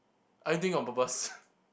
are you doing it on purpose